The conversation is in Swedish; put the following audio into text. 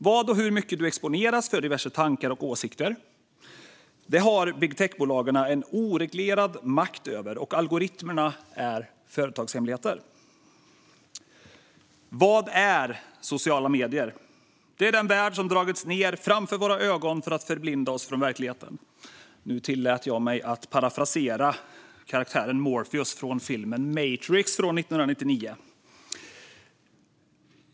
Vad och hur mycket du exponeras för av diverse tankar och åsikter har big tech-bolagen en oreglerad makt över, och algoritmerna är företagshemligheter. Vad är sociala medier? Det är den värld som dragits ned framför våra ögon för att förblinda oss från verkligheten. Nu tillät jag mig att parafrasera karaktären Morpheus från filmen Matrix från 1999.